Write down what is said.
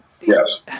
yes